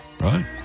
Right